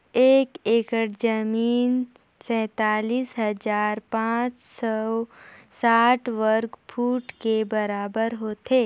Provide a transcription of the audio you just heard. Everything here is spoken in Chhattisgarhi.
एक एकड़ जमीन तैंतालीस हजार पांच सौ साठ वर्ग फुट के बराबर होथे